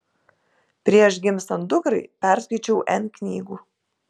prieš gimstant dukrai perskaičiau n knygų